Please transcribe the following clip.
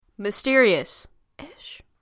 Mysterious-ish